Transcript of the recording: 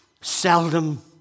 Seldom